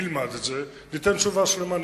נלמד את זה וניתן תשובה שלמה.